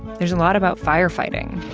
there's a lot about firefighting.